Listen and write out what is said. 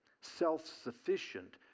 self-sufficient